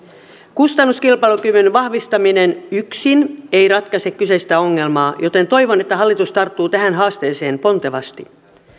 kustannuskilpailukyvyn vahvistaminen ei yksin ratkaise kyseistä ongelmaa joten toivon että hallitus tarttuu tähän haasteeseen pontevasti